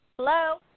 Hello